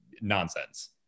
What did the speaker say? nonsense